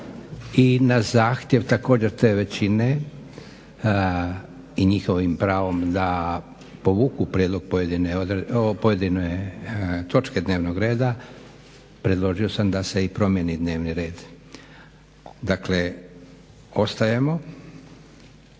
i na zahtjev također te većine i njihovim pravom da povuku prijedlog pojedine točke dnevnog reda predložio da se i promijeni dnevni red. Dakle, ostajemo